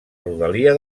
rodalia